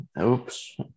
Oops